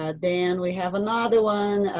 ah then we have another one,